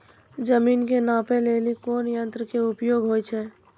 जमीन के नापै लेली कोन यंत्र के उपयोग होय छै?